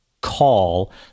call